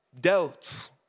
Doubts